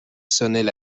sonnaient